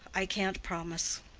i can't promise.